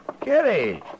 Kitty